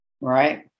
Right